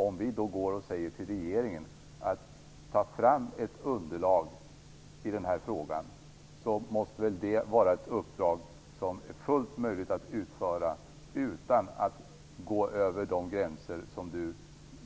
Om vi då säger till regeringen att den bör ta fram ett underlag i den här frågan måste det väl vara ett uppdrag som är fullt möjligt att utföra utan att gå över de gränser som